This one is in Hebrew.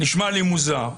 נשמע לי מוזר.